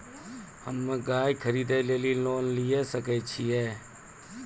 हम्मे गाय खरीदे लेली लोन लिये सकय छियै?